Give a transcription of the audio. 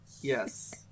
Yes